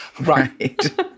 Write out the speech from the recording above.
Right